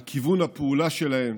על כיוון הפעולה שלהם,